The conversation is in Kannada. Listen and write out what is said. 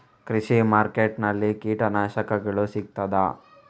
ಕೃಷಿಮಾರ್ಕೆಟ್ ನಲ್ಲಿ ಕೀಟನಾಶಕಗಳು ಸಿಗ್ತದಾ?